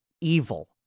evil